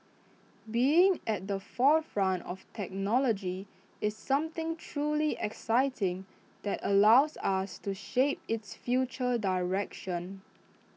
being at the forefront of technology is something truly exciting that allows us to shape its future direction